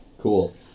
Cool